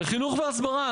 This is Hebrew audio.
וחינוך והסברה.